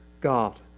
God